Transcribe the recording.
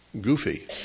goofy